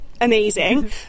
amazing